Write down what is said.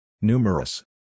Numerous